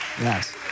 yes